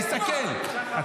תסתכל, תסתכל.